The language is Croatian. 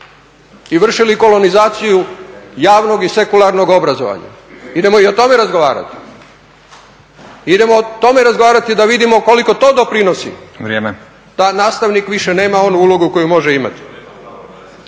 i vršili kolonizaciju javnog i sekularnog obrazovanja. Idemo i o tome razgovarati, idemo o tome razgovarati da vidimo koliko to doprinosi … …/Upadica Stazić: Vrijeme./… … da nastavnik više nema onu ulogu koju može imati.